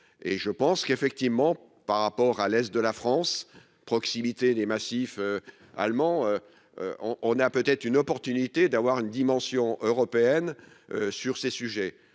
et je pense qu'effectivement par rapport à l'Est de la France, proximité des massifs allemand on on a peut être une opportunité d'avoir une dimension européenne sur ces sujets,